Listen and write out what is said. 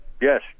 Yes